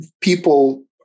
People